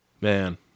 Man